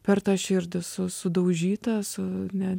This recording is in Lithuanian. per tą širdį su sudaužytą su ne